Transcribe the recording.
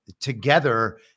together